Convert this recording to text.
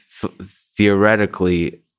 theoretically